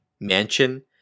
mansion